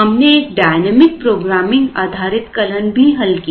हमने एक dynamic programming आधारित कलन भी हल किया